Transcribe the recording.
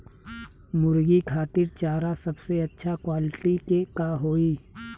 मुर्गी खातिर चारा सबसे अच्छा क्वालिटी के का होई?